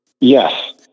Yes